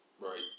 Right